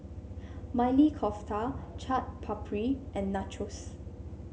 Maili Kofta Chaat Papri and Nachos